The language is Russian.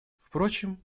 впрочем